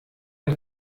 der